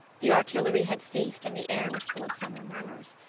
the artillery had ceased and the air was full of summer murmurs.